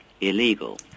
illegal